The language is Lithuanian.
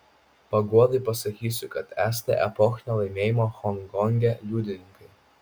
paguodai pasakysiu kad esate epochinio laimėjimo honkonge liudininkai